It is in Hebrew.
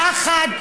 יחד,